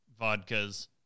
vodkas